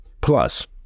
Plus